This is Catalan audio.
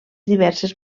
diverses